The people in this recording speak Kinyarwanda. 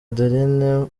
adeline